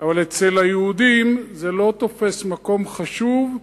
אבל אצל היהודים זה לא תופס מקום חשוב,